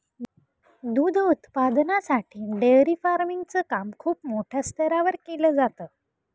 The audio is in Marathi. दूध उत्पादनासाठी डेअरी फार्मिंग च काम खूप मोठ्या स्तरावर केल जात